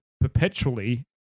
perpetually